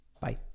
Bye